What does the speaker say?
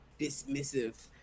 dismissive